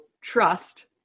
trust